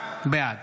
בעד